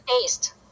taste